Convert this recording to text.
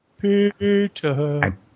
Peter